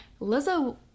Lizzo